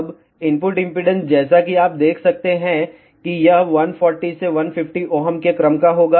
अब input impedance जैसा कि आप देख सकते हैं कि यह 140 से 150 Ω के क्रम का होगा